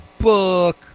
book